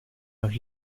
los